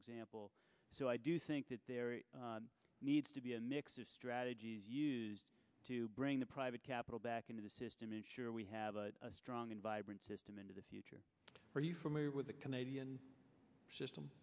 example so i do think that there needs to be a mix of strategies used to bring the private capital back into the system ensure we have a strong and vibrant system into the future are you familiar with the canadian system